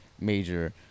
major